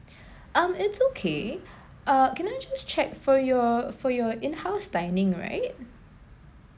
um it's okay uh can I just check for your for your in house dining right